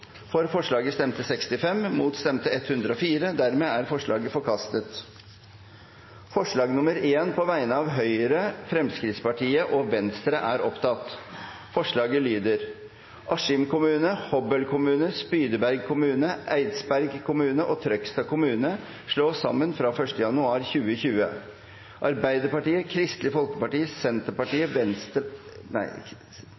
Venstre. Forslaget lyder: «Askim kommune, Hobøl kommune, Spydeberg kommune, Eidsberg kommune og Trøgstad kommune slås sammen fra 1. januar 2020.» Arbeiderpartiet, Kristelig Folkeparti, Senterpartiet,